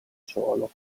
solo